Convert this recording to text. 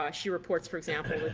ah she reports, for example,